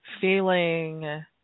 feeling